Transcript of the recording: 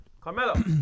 carmelo